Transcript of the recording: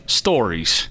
stories